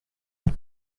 been